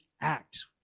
act